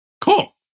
Cool